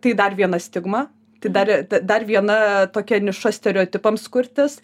tai dar viena stigma tai dar d dar viena tokia niša stereotipams kurtis